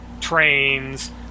trains